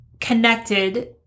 connected